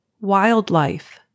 Wildlife